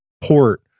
port